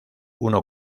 uno